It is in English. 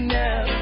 now